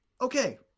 okay